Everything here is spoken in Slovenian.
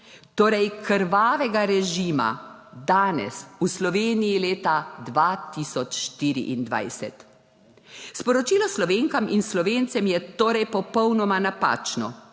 Torej krvavega režima, danes v Sloveniji leta 2024. Sporočilo Slovenkam in Slovencem je torej popolnoma napačno,